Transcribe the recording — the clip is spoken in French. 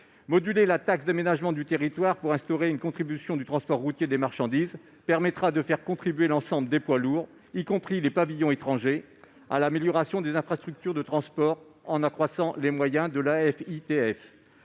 Moduler la taxe d'aménagement du territoire pour instaurer une contribution du transport routier de marchandises permettra de faire contribuer l'ensemble des poids lourds, y compris les pavillons étrangers, à l'amélioration des infrastructures de transport, en accroissant les moyens de l'Afitf.